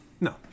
No